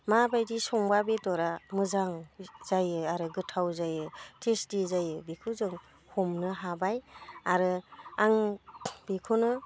माबायदि संब्ला बेदरा मोजां जायो आरो गोथाव जायो टेस्टि जायो बेखौ जों हमनो हाबाय आरो आं बेखौनो